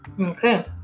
okay